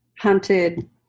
hunted